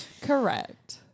correct